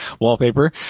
wallpaper